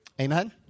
Amen